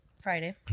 Friday